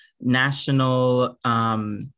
national